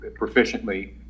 proficiently